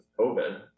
COVID